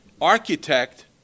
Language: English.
architect